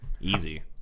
easy